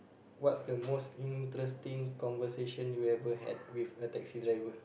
what's the most interesting conversation you ever had with a taxi driver